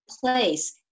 place